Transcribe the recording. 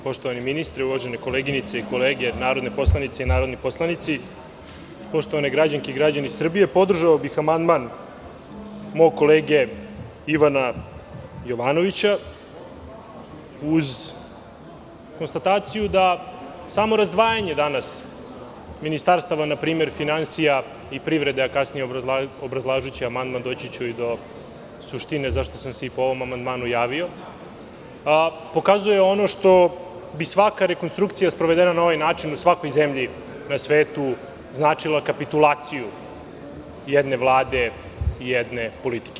Poštovani ministre, uvažene koleginice i kolege narodne poslanice i narodni poslanici, poštovane građanke i građani Srbije, podržao bih amandman mog kolege Ivana Jovanovića, uz konstataciju da samo razdvajanje danas npr. ministarstava finansija i privrede, a kasnije, obrazlažući amandman, doći ću i do suštine zašto sam se po ovom amandmanu javio, pokazuje ono što bi svaka rekonstrukcija sprovedena na ovaj način u svakoj zemlji na svetu značila kapitulaciju jedne vlade i jedne politike.